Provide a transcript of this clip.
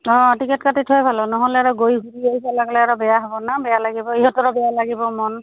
অঁ টিকেট কাটি থোৱাই ভাল হ'ব নহ'লে আৰু গৈ ঘূৰি আহি পালে বোলে আৰু বেয়া হ'ব ন বেয়া লাগিব ইহঁতৰো বেয়া লাগিব মন